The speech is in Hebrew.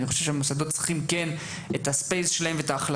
אני חושב שהמוסדות צריכים את המרחב שלהם.